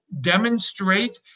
demonstrate